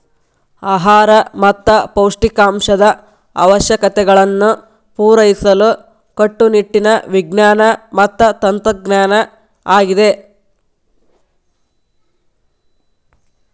ಆಹಾರ ಮತ್ತ ಪೌಷ್ಟಿಕಾಂಶದ ಅವಶ್ಯಕತೆಗಳನ್ನು ಪೂರೈಸಲು ಕಟ್ಟುನಿಟ್ಟಿನ ವಿಜ್ಞಾನ ಮತ್ತ ತಂತ್ರಜ್ಞಾನ ಆಗಿದೆ